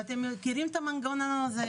אתם מכירים את המנגנון הזה,